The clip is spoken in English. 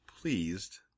pleased